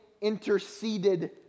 interceded